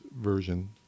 version